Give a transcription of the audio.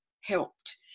helped